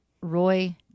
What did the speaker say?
Roy